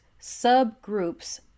subgroups